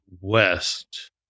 West